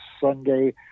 Sunday